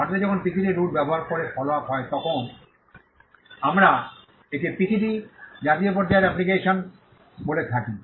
ভারতে যখন PCT route ব্যবহার করে ফলোআপ হয় তখন আমরা একে পিসিটি জাতীয় পর্যায়ের অ্যাপ্লিকেশন বলে থাকি